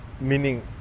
meaning